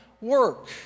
work